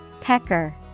Pecker